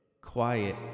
quiet